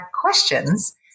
questions